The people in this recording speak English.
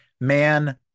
man